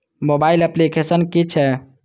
Mobile application कि छै?